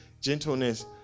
gentleness